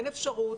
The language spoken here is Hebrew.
אין אפשרות,